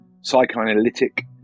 psychoanalytic